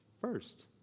first